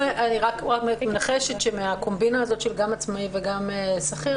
אני רק מנחשת שמהקומבינה הזאת של גם עצמאי וגם שכיר,